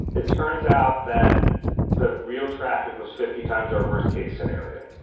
it turns out that the real traffic was fifty times our worst case scenario.